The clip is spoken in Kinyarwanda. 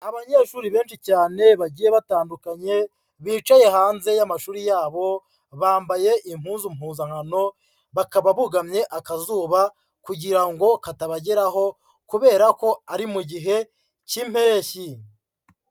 Abanyeshuri benshi cyane bagiye batandukanye bicaye hanze y'amashuri yabo, bambaye impuzu mpuzankano, bakaba bugamye akazuba kugira ngo katabageraho kubera ko ari mu gihe k'impeshyi.